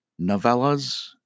novellas